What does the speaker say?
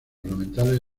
ornamentales